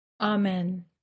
Amen